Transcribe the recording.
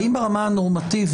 האם ברמה הנורמטיבית